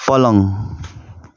पलङ